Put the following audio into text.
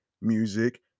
music